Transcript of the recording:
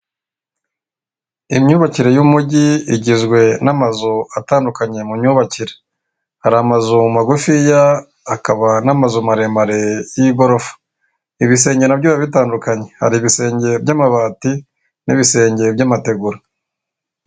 Imyubakire y'umujyi igizwe n'amazu atandukanye mu myubakire; hari amazu magufiya, hakaba n'amazu maremare y'igorofa, ibisenge nabyo biba bitandukanye hari ibisenge by'amabati n'ibisenge by'amategura.